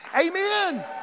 Amen